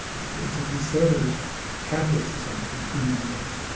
it's it's a conservative catholic society and in many ways,